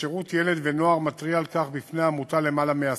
והשירות לילד ולנוער מתריע על כך בפני העמותה למעלה מעשור.